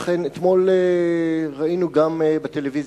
אכן אתמול ראינו גם בטלוויזיה,